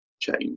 change